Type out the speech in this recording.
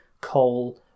coal